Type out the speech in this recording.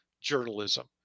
journalism